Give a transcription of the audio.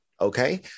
okay